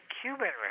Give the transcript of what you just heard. Cuban